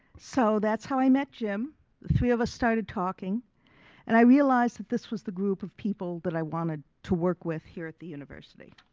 so that's how i met jim. the three of us started talking and i realized that this was the group of people that i wanted to work with here at the university.